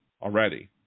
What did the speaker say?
already